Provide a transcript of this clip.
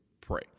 pray